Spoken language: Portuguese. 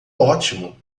ótimo